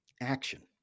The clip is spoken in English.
action